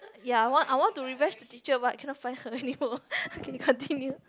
ya I want I want to revenge the teacher but I can't find her anymore okay continue